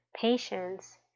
patience